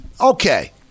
Okay